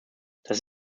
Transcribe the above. das